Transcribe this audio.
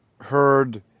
heard